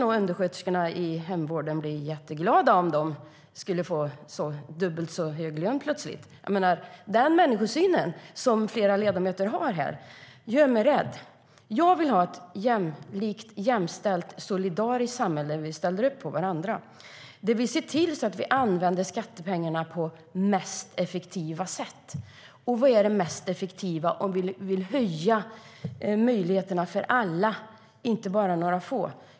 Oj - undersköterskorna i hemvården skulle nog bli jätteglada om de plötsligt skulle få dubbelt så hög lön. Den människosyn som flera ledamöter har här gör mig rädd. Jag vill ha ett jämlikt, jämställt och solidariskt samhälle där vi ställer upp för varandra och ser till att använda skattepengarna på effektivast möjliga sätt. Vad är det mest effektiva om vi vill höja möjligheterna för alla och inte bara för några få?